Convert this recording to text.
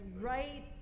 right